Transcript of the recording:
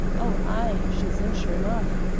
oh ay! she's in, sure enough,